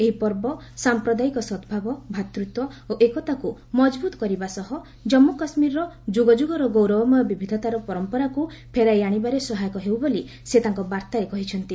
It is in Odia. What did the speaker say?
ଏହି ପର୍ବ ସାମ୍ପ୍ରଦାୟିକ ସଦ୍ଭାବ ଭାତୃତ୍ୱ ଓ ଏକତାକୁ ମଜବୁତ୍ କରିବା ସହ କାମ୍ମୁ କାଶ୍ମୀରର ଯୁଗ ଯୁଗର ଗୌରବମୟ ବିବିଧତାର ପରମ୍ପରାକୁ ଫେରାଇ ଆଣିବାରେ ସହାୟକ ହେଉ ବୋଲି ସେ ତାଙ୍କ ବାର୍ଭାରେ କହିଛନ୍ତି